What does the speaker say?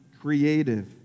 creative